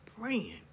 praying